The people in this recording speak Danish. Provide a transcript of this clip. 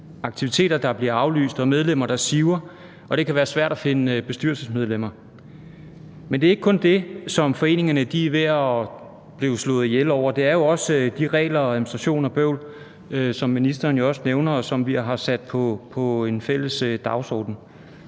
aktiviteter, der bliver aflyst, og medlemmer, der siver, og det, at det kan være svært at finde bestyrelsesmedlemmer. Men det er ikke kun det, som foreningerne er ved at blive slået ihjel af, det er også af de regler og det administrative bøvl, som ministeren jo også nævner, og som vi har sat på en fælles dagsorden.